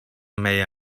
mayor